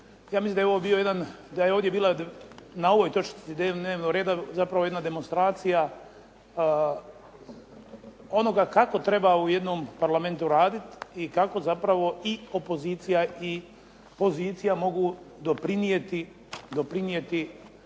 ja mislim da je ovdje bila na ovoj točci dnevnog reda zapravo jedna demonstracija onoga kako treba u jednom parlamentu raditi i kako zapravo i opozicija i pozicija mogu doprinijeti